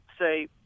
say